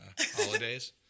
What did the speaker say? holidays